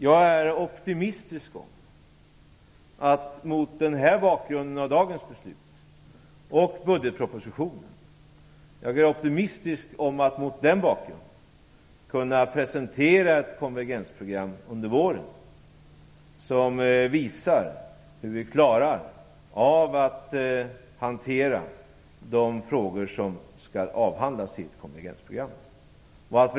Jag är optimistisk om att mot bakgrund av dagens beslut och budgetpropositionen kunna presentera ett konvergensprogram under våren som visar hur vi klarar av att hantera de frågor som skall avhandlas i detta program.